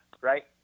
right